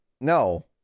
no